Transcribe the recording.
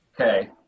okay